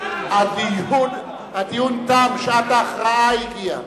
הדיון תם, שעת ההכרעה הגיעה.